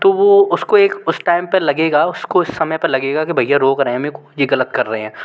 तो वो उसको एक उस टाइम पर लगेगा उसको उस समय पर लगेगा कि भैया रोक रहे हैं मेरे को ये ग़लत कर रहे हैं